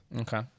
Okay